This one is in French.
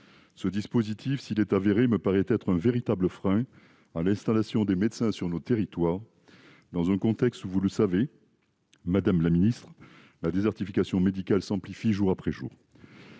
Ce dispositif, s'il est avéré, me semble un véritable frein à l'installation des médecins sur nos territoires, dans un contexte où, vous le savez, madame la ministre, la désertification médicale s'amplifie jour après jour.